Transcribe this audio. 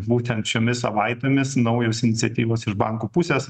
būtent šiomis savaitėmis naujos iniciatyvos iš bankų pusės